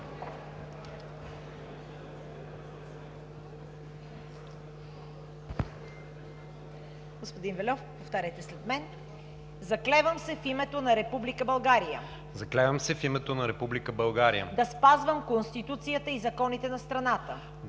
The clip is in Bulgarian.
„Заклевам се в името на Република България да спазвам Конституцията и законите на страната